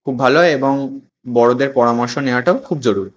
খুব ভালো হয় এবং বড়োদের পরামর্শ নেওয়াটাও খুব জরুরি